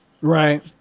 Right